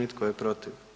I tko je protiv?